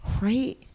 right